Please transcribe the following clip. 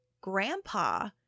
Grandpa